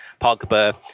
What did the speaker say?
Pogba